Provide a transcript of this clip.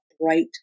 bright